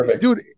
dude